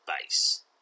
base